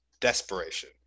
desperation